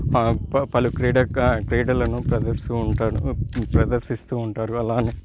ప పలు క్రీడక క్రీడలను ప్రదర్సూ ఉంటాను ప్రదర్శిస్తు ఉంటారు అలాగే